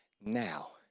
now